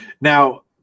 Now